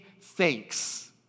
thanks